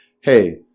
hey